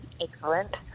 Excellent